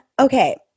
okay